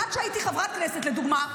עד שהייתי חברת כנסת לדוגמה,